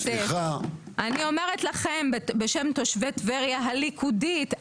אני אומרת לכם בשם תושבי טבריה הליכודית,